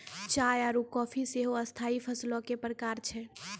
चाय आरु काफी सेहो स्थाई फसलो के प्रकार छै